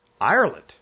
Ireland